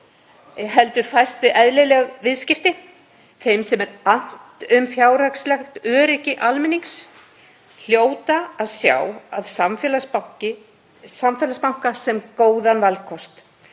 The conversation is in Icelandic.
heldur fæst við eðlileg viðskipti? Þeim sem er annt um fjárhagslegt öryggi almennings hljóta að sjá samfélagsbanka sem góðan valkost.